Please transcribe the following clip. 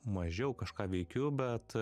mažiau kažką veikiu bet